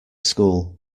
school